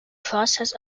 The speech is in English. process